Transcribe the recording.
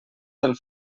del